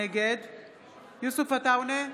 נגד יוסף עטאונה,